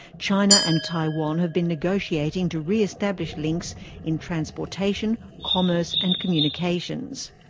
china and taiwan have been negotiating to re-establish links in transportation, commerce and communications.